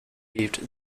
believed